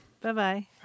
Bye-bye